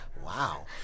Wow